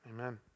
Amen